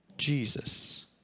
Jesus